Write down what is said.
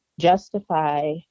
justify